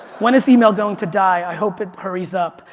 when is email going to die? i hope it hurries up.